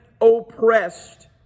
oppressed